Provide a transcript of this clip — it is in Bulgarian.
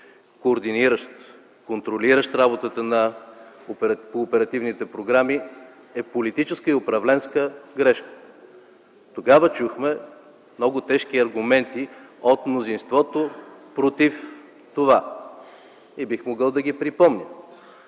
координиращ, контролиращ работата по оперативните програми, е политическа и управленска грешка. Тогава чухме много тежки аргументи от мнозинството против това. И бих могъл да ги припомня.